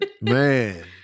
Man